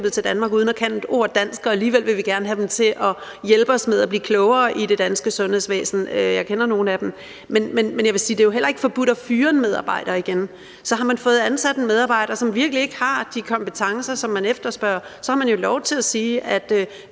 til Danmark uden at kunne et ord dansk, og alligevel vil vi gerne have dem til at hjælpe os med at blive klogere i det danske sundhedsvæsen. Men jeg vil sige, at det jo heller ikke er forbudt at fyre en medarbejder igen. Så har man fået ansat en medarbejder, som virkelig ikke har de kompetencer, som man efterspørger, har man lov til at sige: Du